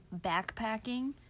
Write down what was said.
backpacking